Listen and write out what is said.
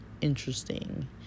interesting